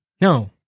No